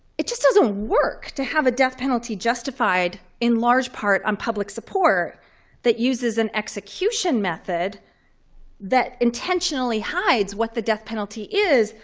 it just doesn't work to have a death penalty justified in large part on public support that uses an execution method that intentionally hides what the death penalty is.